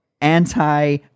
anti